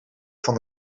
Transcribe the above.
van